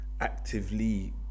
Actively